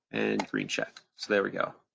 and green check, so there we go.